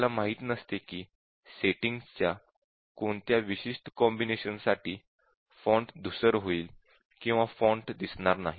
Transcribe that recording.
आपल्याला माहित नसते की सेटिंग्जच्या कोणत्या विशिष्ट कॉम्बिनेशन साठी फॉन्ट धूसर होईल किंवा फॉन्ट दिसनार नाही